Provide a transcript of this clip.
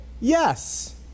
Yes